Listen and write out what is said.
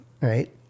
Right